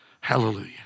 Hallelujah